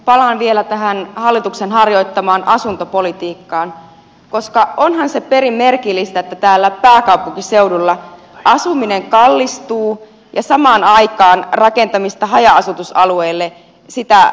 palaan vielä tähän hallituksen harjoittamaan asuntopolitiikkaan koska onhan se perin merkillistä että täällä pääkaupunkiseudulla asuminen kallistuu ja samaan aikaan rakentamista haja asutusalueille rajoitetaan